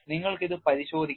നിങ്ങൾക്ക് ഇത് പരിശോധിക്കാം